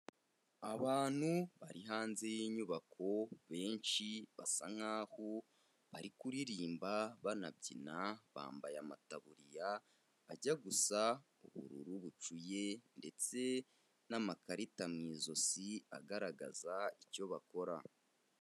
Abantu bari hanze y'inyubako benshi basa nkaho bari kuririmba bana byina, bambaye amataburiya ajya gusa ubururu bucuye ndetse n'amakarita mu ijosi agaragaza icyo bakora.